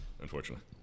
unfortunately